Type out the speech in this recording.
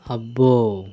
అబ్బో